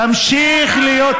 תמשיך להיות,